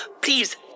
Please